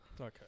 Okay